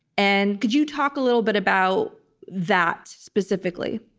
and could you talk a little bit about that specifically?